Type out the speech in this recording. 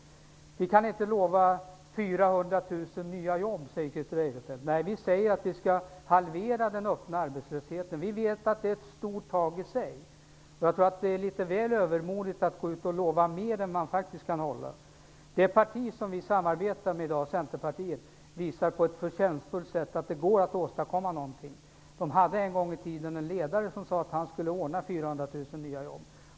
Vi kan inte lova 400 000 nya jobb, säger Christer Eirefelt. Nej, vi säger att vi skall halvera den öppna arbetslösheten. Vi vet att det är ett stort tag i sig. Jag tror att det är litet väl övermodigt att lova mer än man faktiskt kan hålla. Det parti som vi samarbetar med i dag, Centerpartiet, visar på ett förtjänstfullt sätt att det går att åstadkomma någonting. Man hade en gång i tiden en ledare som sade att han skulle ordna 400 000 nya jobb.